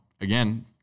again